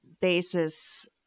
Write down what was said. basis